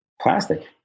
plastic